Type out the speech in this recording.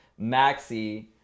Maxi